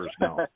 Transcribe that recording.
now